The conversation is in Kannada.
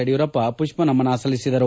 ಯಡಿಯೂರಪ್ಪ ಮಷ್ನನಮನ ಸಲ್ಲಿಸಿದರು